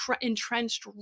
entrenched